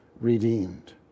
redeemed